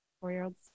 Four-year-olds